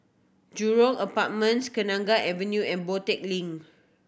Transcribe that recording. Jurong Apartments Kenanga Avenue and Boon Tat Link